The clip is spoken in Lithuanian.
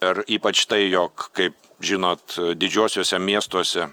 ir ypač tai jog kaip žinot didžiuosiuose miestuose